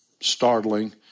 startling